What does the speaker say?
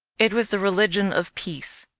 it was the religion of peace.